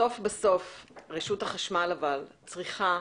בסוף רשות החשמל צריכה